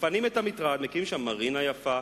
מפנים את המטרד ומקימים שם מרינה יפה,